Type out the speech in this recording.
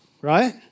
Right